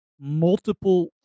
multiple